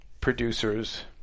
producers